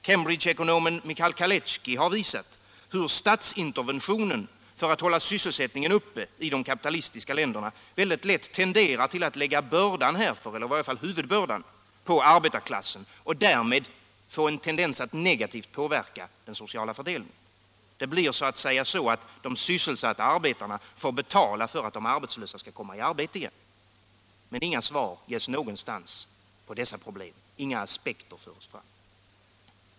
Cambridge-ekon Torsdagen den omen Michal Kalecki har visat hur statsinterventionen, för att hålla sys 16 december 1976 selsättningen uppe i de kapitalistiska länderna, lätt tenderar till att lägga huvudbördan härför på arbetarklassen och därmed negativt påverka för Samordnad delningen. Det blir så att säga de sysselsatta arbetarna som får betala för — sysselsättnings och att de arbetslösa skall komma i arbete igen. Men inga svar ges någonstans = regionalpolitik på dessa problem, inga aspekter förs fram.